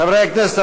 חברי הכנסת,